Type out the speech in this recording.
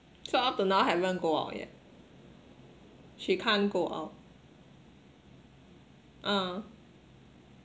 so up to now haven't go out yet she can't go out ah